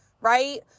right